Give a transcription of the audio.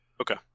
Okay